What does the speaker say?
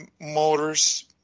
motors